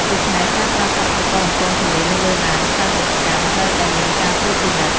ដូច្នេះ ការប្រើប្រាស់ឧបករណ៍បំពងសម្លេងនៅលើឡានផ្សាយពាណិជ្ជកម្មត្រូវតែមានការត្រួតពិនិត្យ។